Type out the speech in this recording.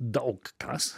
daug kas